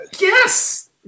Yes